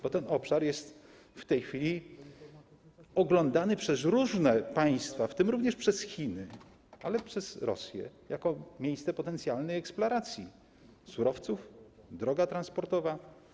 Bo ten obszar jest w tej chwili oglądany przez różne państwa, w tym również przez Chiny, ale też Rosję, jako miejsce potencjalnej eksploracji: surowce, droga transportowa.